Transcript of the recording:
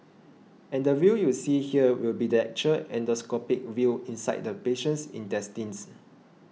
and the view you see here will be the actual endoscopic view inside the patient's intestines